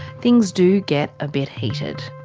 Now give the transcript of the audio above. things do get a bit heated.